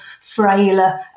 frailer